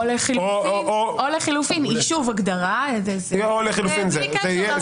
או לחילופין יישוב, הגדרה, בלי קשר לרב.